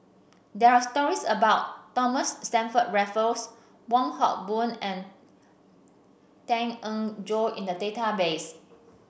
there are stories about Thomas Stamford Raffles Wong Hock Boon and Tan Eng Joo in the database